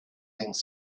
things